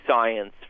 science